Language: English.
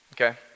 Okay